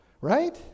Right